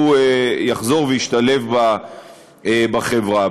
הוא יחזור וישתלב בחברה.